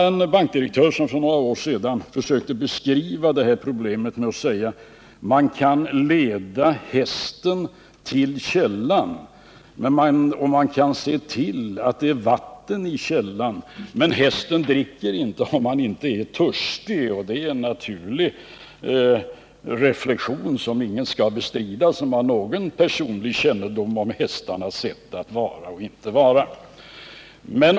En bankdirektör försökte för några år sedan beskriva det här problemet genom att säga: Man kan leda hästen till källan och man kan se till att det är vatten i källan, men hästen dricker inte om han inte är törstig. Det är en naturlig reflexion som ingen kan bestrida som har någon personlig kännedom om hästarnas sätt att vara och inte vara.